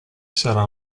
sarà